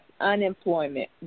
unemployment